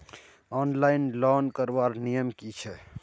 Online loan करवार नियम की छे?